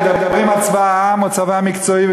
מדברים על צבא העם או צבא מקצועי,